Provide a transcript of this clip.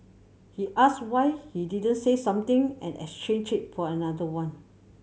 he asked why he didn't say something and exchange it for another one